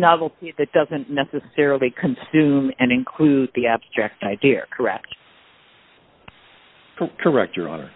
novel that doesn't necessarily consume and include the abstract idea correct correct your honor